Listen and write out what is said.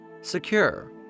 Secure